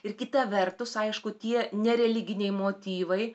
ir kita vertus aišku tie nereliginiai motyvai